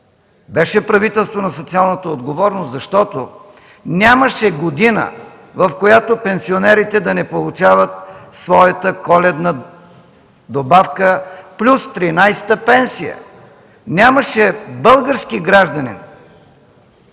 Беше правителство на социалната отговорност, защото нямаше година, в която пенсионерите да не получават своята коледна добавка плюс 13-та пенсия. Нямаше български гражданин,